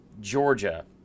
Georgia